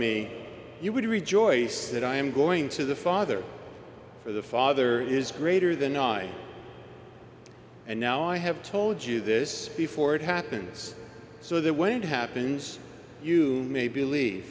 me you would rejoice that i am going to the father for the father is greater than i and now i have told you this before it happens so that when it happens you may believe